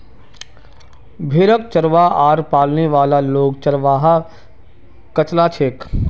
भेड़क चरव्वा आर पालने वाला लोग चरवाहा कचला छेक